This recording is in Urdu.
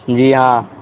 جی ہاں